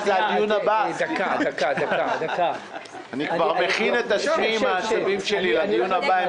אני כבר מכין את עצמי עם העצבים שלי לדיון הבא.